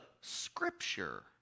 Scripture